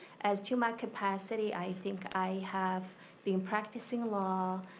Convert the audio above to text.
as to my capacity, i think i have been practicing law,